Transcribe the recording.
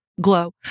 glow